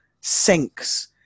sinks